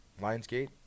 Lionsgate